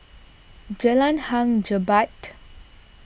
Jalan Hang Jebat